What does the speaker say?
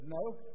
no